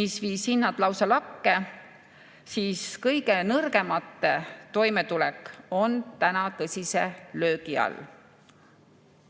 mis viis hinnad lausa lakke, siis võib öelda, et kõige nõrgemate toimetulek on tõsise löögi all.